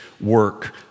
work